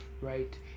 right